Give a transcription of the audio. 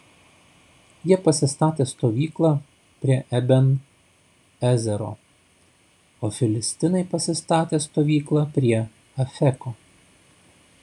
jie pasistatė stovyklą prie eben ezero o filistinai pasistatė stovyklą prie afeko